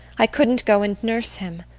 i couldn't go and nurse him.